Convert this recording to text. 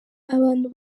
abantu